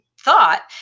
thought